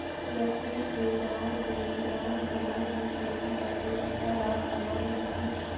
रफी के गांव के किसान फलों की खेती करके अच्छा लाभ कमा रहे हैं